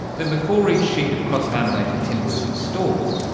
then, before each sheet of cross-laminated timber is installed,